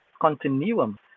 continuum